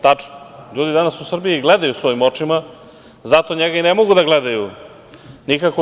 Tačno je, ljudi danas u Srbiji gledaju svojim očima, zato njega i ne mogu da gledaju nikako.